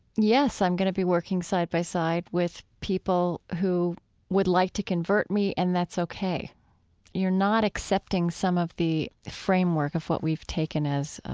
yes, i'm going to be working side by side with people who would like to convert me, and that's ok you're not accepting some of the framework of what we've taken as